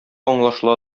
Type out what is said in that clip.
аңлашыла